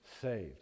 saved